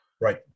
Right